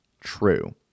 true